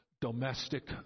domestic